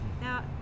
now